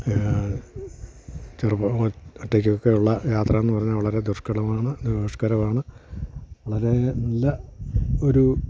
ചെറുപ്പ ഒറ്റയ്ക്കൊക്കെയുള്ള യാത്ര എന്ന് പറഞ്ഞാൽ വളരെ ദുഷ്ഘടമാണ് ദുഷ്കരവാണ് വളരെ നല്ല ഒരു